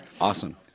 Awesome